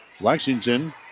Lexington